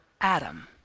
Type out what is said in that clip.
Adam